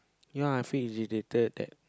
ya I feel agitated at